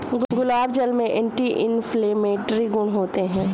गुलाब जल में anti inflammatory गुण होते हैं